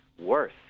worse